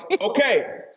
okay